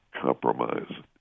compromise